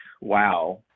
wow